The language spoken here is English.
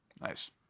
Nice